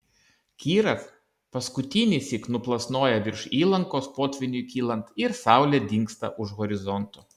kiras paskutinįsyk nuplasnoja virš įlankos potvyniui kylant ir saulė dingsta už horizonto